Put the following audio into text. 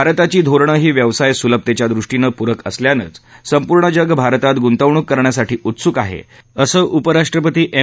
भारताची धोरणं ही व्यवसाय सुलभतेच्यादृष्टीनं पुरक असल्यानंच संपूर्ण जग भारतात गुंतवणूक करण्यासाठी उत्सुक आहे असं उपराष्ट्रपती एम